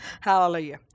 hallelujah